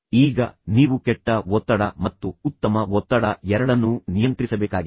ಈಗ ನೀವು ಕೆಟ್ಟ ಒತ್ತಡ ಮತ್ತು ಉತ್ತಮ ಒತ್ತಡ ಎರಡನ್ನೂ ನಿಯಂತ್ರಿಸಬೇಕಾಗಿದೆ